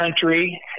country